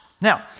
Now